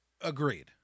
Agreed